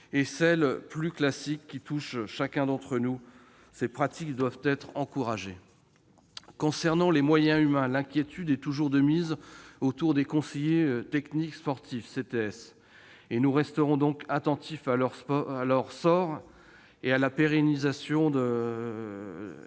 celle, plus classique, qui touche chacun d'entre nous. Ces pratiques doivent être encouragées. Concernant les moyens humains, l'inquiétude est toujours de mise à propos des conseillers techniques sportifs. Nous resterons attentifs à leur sort et à la pérennisation des postes.